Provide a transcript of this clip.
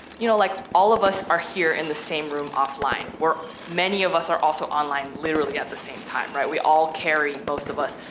you know, like all of us are here in the same room offline. where many of us are also online literally at the same time, right? we all carry, most of us,